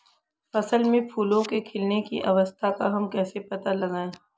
फसल में फूलों के खिलने की अवस्था का हम कैसे पता लगाएं?